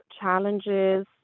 challenges